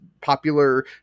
popular